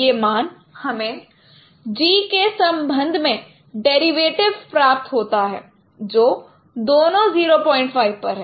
यह मान हमें G के संबंध में डेरिवेटिव प्राप्त होता है जो दोनों 05 पर है